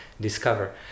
discover